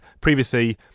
previously